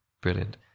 Brilliant